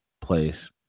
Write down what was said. place